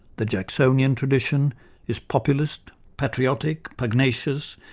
the jacksonian tradition is populist, patriotic, pugnacious,